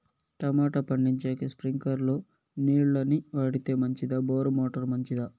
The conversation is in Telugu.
టమోటా పండించేకి స్ప్రింక్లర్లు నీళ్ళ ని వాడితే మంచిదా బోరు మోటారు మంచిదా?